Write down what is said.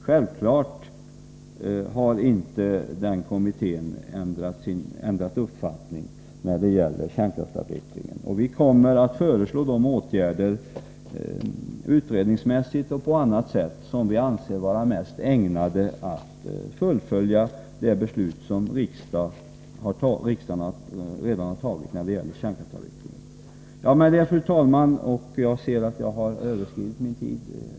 Självklart har inte kommittén ändrat uppfattning när det gäller kärnkraftsavvecklingen, och vi kommer att föreslå de åtgärder, utredningsmässigt och på annat sätt, som vi anser vara mest ägnade att fullfölja det beslut som riksdagen redan har fattat. Jag ser att jag har överskridit min tid.